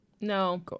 no